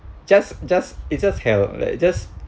just just it's just hell like it just